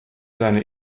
seine